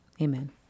amen